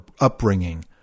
upbringing